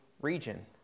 region